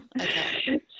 okay